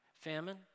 Famine